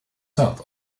south